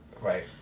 right